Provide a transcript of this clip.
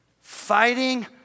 Fighting